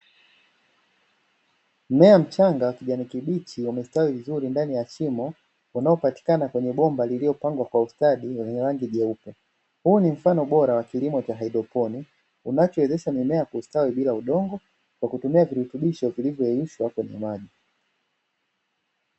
Mmea mchanga wa kijani kibichi umestawi vizuri ndani ya shimo unaopatikana kwenye bomba lililopangwa kwa ustadi lenye rangi jeupe; huu ni mfano bora wa kilimo cha haidroponi unachowezesha mimea kustawi bila udongo kwa kutumia virutubisho vilivyoyeyushwa kwenye maji.